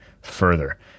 further